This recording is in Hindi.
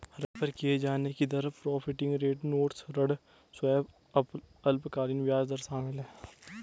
रेफर किये जाने की दर फ्लोटिंग रेट नोट्स ऋण स्वैप अल्पकालिक ब्याज दर शामिल है